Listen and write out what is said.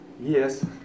Yes